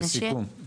לסיכום.